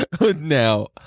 now